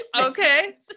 Okay